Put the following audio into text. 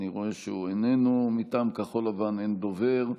אני רואה שהוא איננו, מטעם כחול לבן אין דובר.